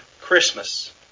Christmas